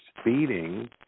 speeding